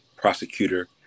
Prosecutor